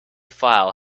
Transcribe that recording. file